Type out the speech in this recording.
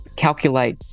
calculate